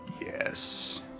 Yes